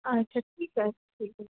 আচ্ছা ঠিক আছে